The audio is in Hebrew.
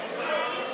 סעיף תקציבי 34,